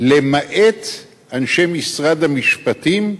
למעט אנשי משרד המשפטים,